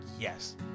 yes